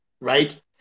right